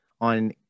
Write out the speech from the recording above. on